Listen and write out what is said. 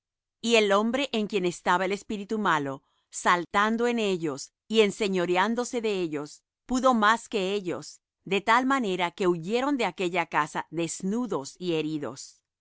y el hombre en quien estaba el espíritu malo saltando en ellos y enseñoreándose de ellos pudo más que ellos de tal manera que huyeron de aquella casa desnudos y heridos